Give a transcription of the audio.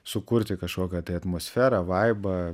sukurti kažkokią tai atmosferą vaibą